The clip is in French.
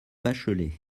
bachelay